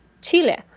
Chile